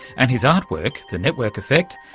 and his artwork, the network effect,